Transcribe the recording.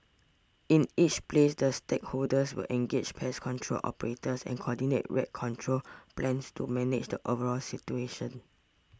in each place the stakeholders will engage pest control operators and coordinate rat control plans to manage the overall situation